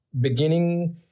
beginning